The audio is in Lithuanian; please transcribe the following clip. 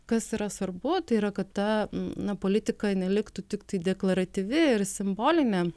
kas yra svarbu tai yra kad ta na politika neliktų tiktai deklaratyvi ir simbolinė